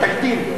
תקדים.